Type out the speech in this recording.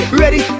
ready